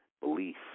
belief